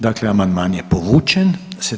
Dakle, amandman je povučen.